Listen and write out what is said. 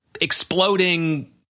exploding